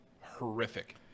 horrific